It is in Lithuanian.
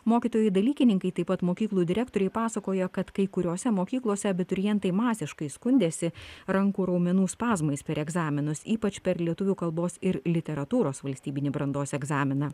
mokytojai dalykininkai taip pat mokyklų direktoriai pasakoja kad kai kuriose mokyklose abiturientai masiškai skundėsi rankų raumenų spazmais per egzaminus ypač per lietuvių kalbos ir literatūros valstybinį brandos egzaminą